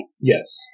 Yes